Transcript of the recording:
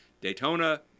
Daytona